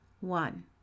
One